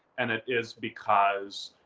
and it is because